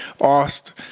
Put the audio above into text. asked